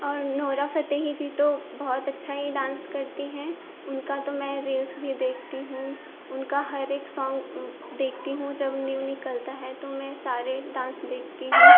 और Nora Fatehi ji तो की अच्छा ही डांस करती हैं उनका तो मैं रेस देखती हूँ उनका हर एक सोंग देखती हूँ जब न्यू निकलता है तो मैं सारे डांस देखती हूँ